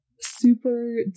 super